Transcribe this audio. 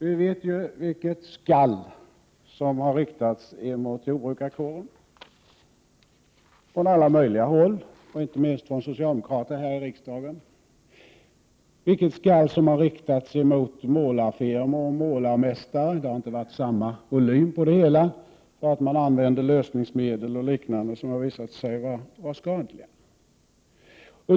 Vi vet ju vilket skall som har riktats emot jordbrukarkåren från alla möjliga håll, inte minst från socialdemokraterna här i riksdagen, och vilket skall som har riktats mot målarfirmor och målarmästare, även om det inte har varit samma volym på det, för att de använder lösningsmedel som har visat sig skadliga.